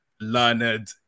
learned